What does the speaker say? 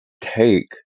take